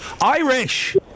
Irish